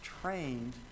trained